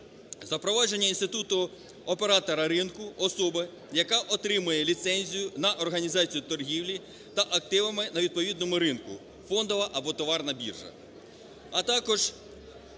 Запровадження інституту оператора ринку – особи, яка отримує ліцензію на організацію торгівлі та активами на відповідному ринку, – фондова або товарна біржа.